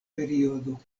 periodo